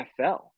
NFL